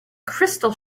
crystal